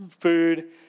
food